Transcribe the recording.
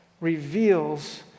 reveals